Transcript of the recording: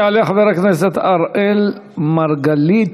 יעלה חבר הכנסת אראל מרגלית.